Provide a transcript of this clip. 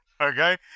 Okay